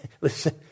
listen